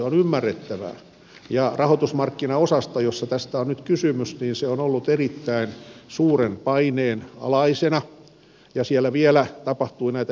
on ymmärrettävää että rahoitusmarkkinaosasto josta tässä on nyt kysymys on ollut erittäin suuren paineen alaisena ja siellä vielä tapahtui näitä henkilövaihdoksia